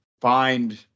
find